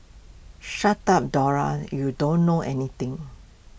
shut up Dora you don't know anything